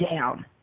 down